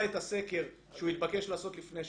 את הסקר שהוא התבקש לעשות לפני שנה,